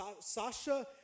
Sasha